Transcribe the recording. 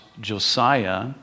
Josiah